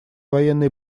военные